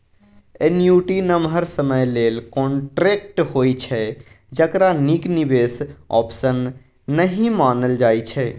annuity नमहर समय लेल कांट्रेक्ट होइ छै जकरा नीक निबेश आप्शन नहि मानल जाइ छै